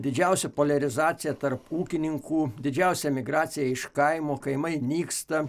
didžiausia poliarizacija tarp ūkininkų didžiausia emigracija iš kaimo kaimai nyksta